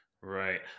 Right